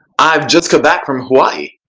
i've just come back from hawaii.